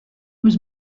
was